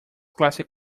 classic